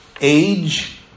age